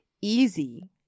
easy